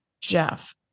Jeff